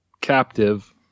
captive